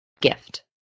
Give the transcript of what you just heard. Gift